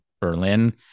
berlin